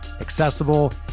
accessible